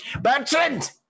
Bertrand